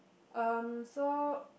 um so